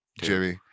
Jimmy